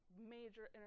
major